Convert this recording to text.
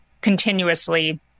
continuously